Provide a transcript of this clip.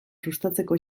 sustatzeko